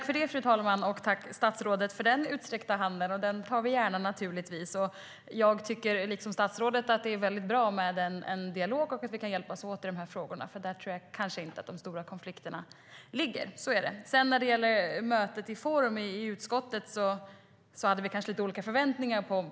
Fru talman! Tack, statsrådet, för den utsträckta handen! Den tar vi gärna, naturligtvis. Jag tycker liksom statsrådet att det är väldigt bra med en dialog och att vi kan hjälpas åt i de här frågorna. Där tror jag kanske inte att de stora konflikterna ligger. Så är det. När det gäller mötet i utskottet hade vi kanske lite olika förväntningar.